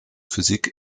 physik